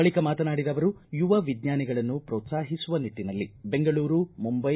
ಬಳಿಕ ಮಾತನಾಡಿದ ಅವರು ಯುವ ವಿಜ್ಞಾನಿಗಳನ್ನು ಪ್ರೋತ್ಲಾಹಿಸುವ ನಿಟ್ಟನಲ್ಲಿ ಬೆಂಗಳೂರು ಮುಂಬೈ